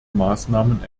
maßnahmen